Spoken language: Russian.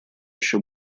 еще